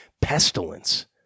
pestilence